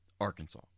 arkansas